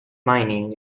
mining